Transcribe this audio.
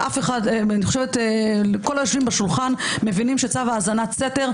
אני חושבת שכל היושבים בשולחן מבינים שצו האזנת סתר,